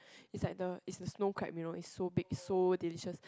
it's like the it's the snow crab you know it's so big so delicious